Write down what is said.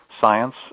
science